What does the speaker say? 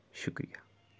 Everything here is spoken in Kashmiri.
شُکریہ